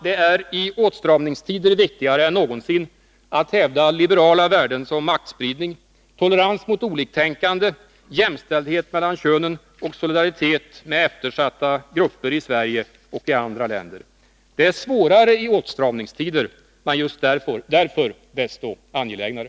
Det är i åtstramningstider viktigare än någonsin att hävda liberala värden som maktspridning, tolerans mot oliktänkande, jämställdhet mellan könen och solidaritet med eftersatta grupper i Sverige och i andra länder. Det är svårare i åtstramningstider men just därför desto angelägnare.